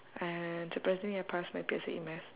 and surprisingly I passed my P_S_L_E math